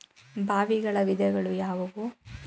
ಬಾವಿಗಳ ವಿಧಗಳು ಯಾವುವು?